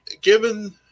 given